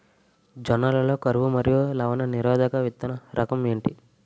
జొన్న లలో కరువు మరియు లవణ నిరోధక విత్తన రకం ఏంటి?